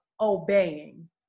obeying